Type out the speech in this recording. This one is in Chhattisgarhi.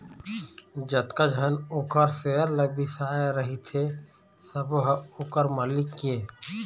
जतका झन ओखर सेयर ल बिसाए रहिथे सबो ह ओखर मालिक ये